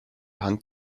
hand